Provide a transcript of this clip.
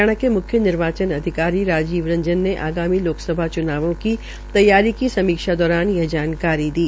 हरियाणा के म्ख्य निर्वाचन अधिकारी राजीव जैन ने आगामी लोकसभा च्नावों की तैयारी की समीक्षा के दौरान यह जानकारी दी